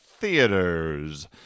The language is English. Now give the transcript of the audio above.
theaters